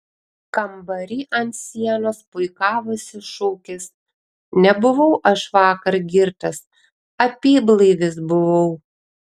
kambary ant sienos puikavosi šūkis nebuvau aš vakar girtas apyblaivis buvau